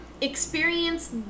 experience